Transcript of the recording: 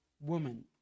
woman